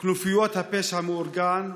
כנופיות הפשע המאורגן,